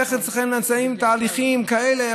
ואיך אצלכם מבוצעים תהליכים כאלה?